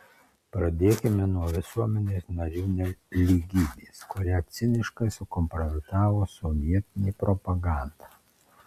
pradėkime nuo visuomenės narių lygybės kurią ciniškai sukompromitavo sovietinė propaganda